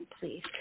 please